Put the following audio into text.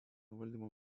valdymo